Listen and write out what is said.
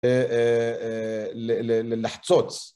לחצוץ.